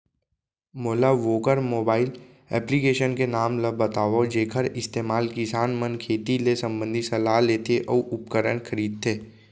मोला वोकर mobile application के नाम ल बतावव जेखर इस्तेमाल किसान मन खेती ले संबंधित सलाह लेथे अऊ उपकरण खरीदथे?